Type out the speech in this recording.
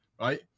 Right